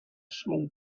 small